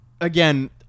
Again